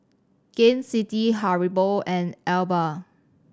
Gain City Haribo and Alba